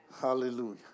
Hallelujah